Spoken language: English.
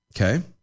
Okay